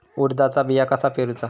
उडदाचा बिया कसा पेरूचा?